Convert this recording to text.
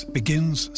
begins